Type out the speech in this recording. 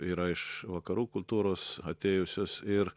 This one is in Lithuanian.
yra iš vakarų kultūros atėjusios ir